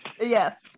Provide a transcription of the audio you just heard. Yes